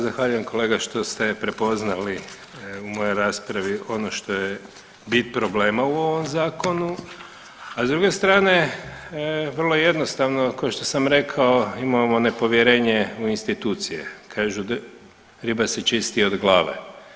Zahvaljujem kolega što ste prepoznali u mojoj raspravi ono što je bit problema u ovom zakonu, a s druge strane vrlo jednostavno košto sam rekao imamo nepovjerenje u institucije, kažu riba se čisti od glave.